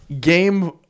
game